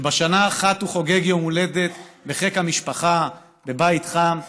שבשנה אחת הוא חוגג יום הולדת בחיק המשפחה בבית חם,